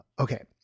Okay